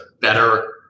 better